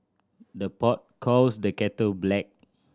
the pot calls the kettle black